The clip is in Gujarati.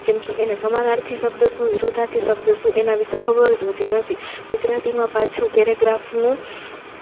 કેમકે એને સમાનાર્થી શબ્દ શું વિરુદ્ધાર્થી શબ્દ શું એના વિશે ખબર જ હોતી નથી ગુજરાતીમાં પાછું પેરેગ્રાફનું